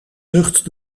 lucht